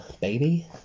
baby